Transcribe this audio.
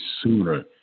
sooner